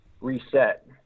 reset